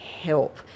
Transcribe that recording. help